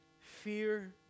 fear